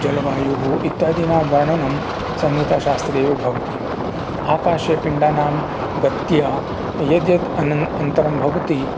जलवायुः इत्यादीनां वर्णनं संहितासास्त्रे एव भवति आकाशे पिण्डानां गत्या यद् यद् अनन् अन्तरं भवति